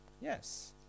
Yes